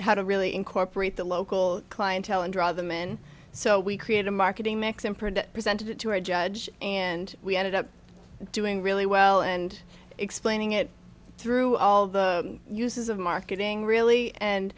how to really incorporate the local clientele and draw them in so we create a marketing mix imprint presented to a judge and we ended up doing really well and explaining it through all the uses of marketing really and